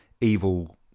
evil